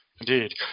Indeed